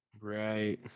Right